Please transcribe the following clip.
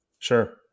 Sure